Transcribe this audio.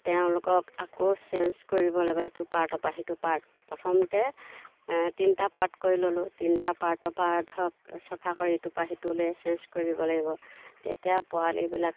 তেওঁলোকক আকৌ চেঞ্জ কৰিব লাগিব ইটো পাৰ্টৰপৰা সিটো পাৰ্ট প্ৰথমতে তিনিটা পাৰ্ট কৰি ল'লোঁ তিনিটা পাৰ্টৰপৰা ধৰক চফা কৰি ইটোৰপৰা সিটোলৈ চেঞ্জ কৰিব লাগিব তেতিয়া পোৱালিবিলাক